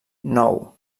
nou